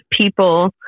people